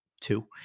two